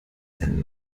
denn